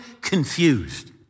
confused